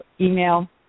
email